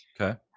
Okay